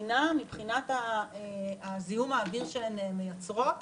יש לנו עבודה מאוד משמעותית עם מובילי הסקטור הפיננסי,